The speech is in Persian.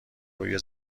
روی